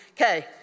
Okay